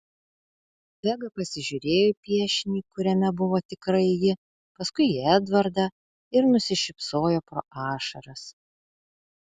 vega pasižiūrėjo į piešinį kuriame buvo tikrai ji paskui į edvardą ir nusišypsojo pro ašaras